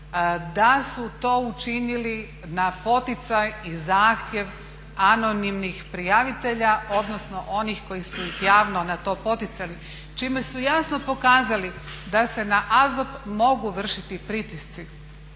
da su to učinili na poticaj i zahtjev anonimnih prijavitelja odnosno onih koji su javno na to poticali čime su jasno pokazali da se na AZOP mogu vršiti pritisci